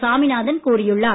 சாமிநாதன் கூறியுள்ளார்